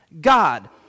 God